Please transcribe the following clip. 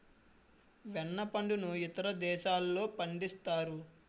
వెన్న పండును ఇతర దేశాల్లో పండిస్తారు